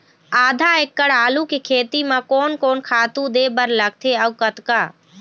आधा एकड़ आलू के खेती म कोन कोन खातू दे बर लगथे अऊ कतका?